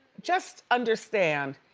just understand,